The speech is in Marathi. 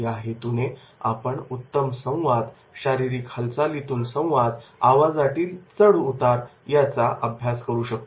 या हेतूने आपण उत्तम संवाद शारीरिक हालचालीतून संवाद आवाजातील चढ उतार याचा अभ्यास करू शकतो